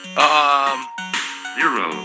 zero